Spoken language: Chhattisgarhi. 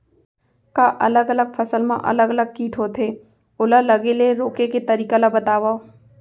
का अलग अलग फसल मा अलग अलग किट होथे, ओला लगे ले रोके के तरीका ला बतावव?